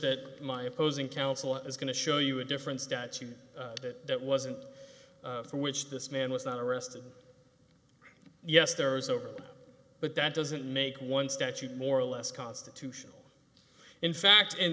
that my opposing counsel is going to show you a different statute that wasn't for which this man was not arrested yes there is over but that doesn't make one statute more or less constitutional in fact in